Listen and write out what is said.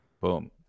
Boom